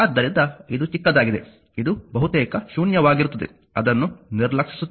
ಆದ್ದರಿಂದ ಇದು ಚಿಕ್ಕದಾಗಿದೆ ಇದು ಬಹುತೇಕ ಶೂನ್ಯವಾಗಿರುತ್ತದೆ ಅದನ್ನು ನಿರ್ಲಕ್ಷಿಸುತ್ತೇವೆ